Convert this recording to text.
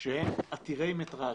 הם עתירי מטרג',